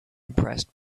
impressed